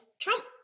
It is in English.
Trump